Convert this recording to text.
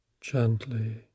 gently